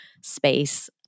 space